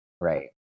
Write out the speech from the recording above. Right